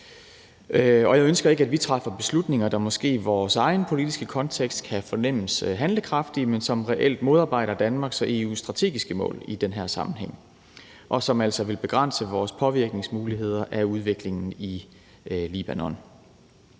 jeg ønsker ikke, at vi træffer beslutninger, der måske i vores egen politiske kontekst kan fornemmes handlekraftige, men som reelt modarbejder Danmarks og EU's strategiske mål i den her sammenhæng, og som altså vil begrænse vores muligheder for at påvirke udviklingen i Libanon.